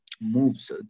moves